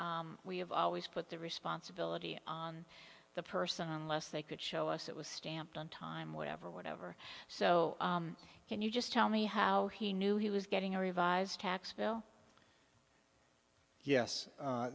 have always put the responsibility on the person unless they could show us it was stamped on time whatever whatever so can you just tell me how he knew he was getting a revised tax bill yes